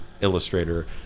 Illustrator